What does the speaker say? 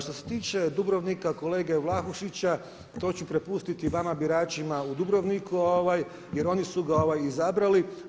Što se tiče Dubrovnika, kolege Vlahušića to ću prepustiti vama biračima u Dubrovniku jer oni su ga izabrali.